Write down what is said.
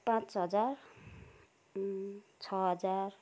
पाँच हजार छ हजार